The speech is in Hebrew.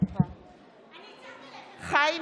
בעד חיים